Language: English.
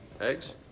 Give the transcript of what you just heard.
eggs